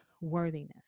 worthiness